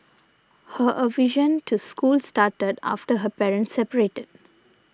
her aversion to school started after her parents separated